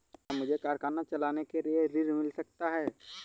क्या मुझे कारखाना चलाने के लिए ऋण मिल सकता है?